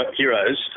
heroes